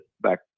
back